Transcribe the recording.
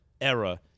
era